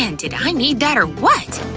and did i need that or what?